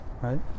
right